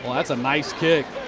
that's a nice kick.